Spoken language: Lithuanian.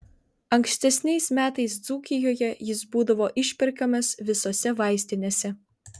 ankstesniais metais dzūkijoje jis būdavo išperkamas visose vaistinėse